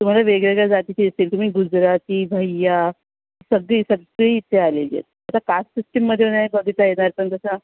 तुम्हाला वेगवेगळ्या जाती दिसतील तुम्ही गुजराती भय्या सगळी सगळी इथे आलेली आहेत आता कास्ट सिस्टिममध्ये नाही बघता येणार पण जसा